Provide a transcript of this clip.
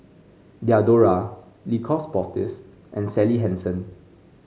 Diadora Le Coq Sportif and Sally Hansen